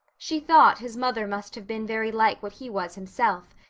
she thought his mother must have been very like what he was himself,